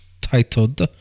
titled